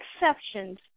exceptions